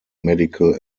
medical